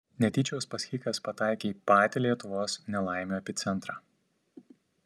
netyčia uspaskichas pataikė į patį lietuvos nelaimių epicentrą